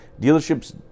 dealerships